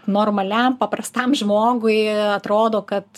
normaliam paprastam žmogui atrodo kad